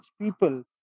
people